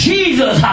Jesus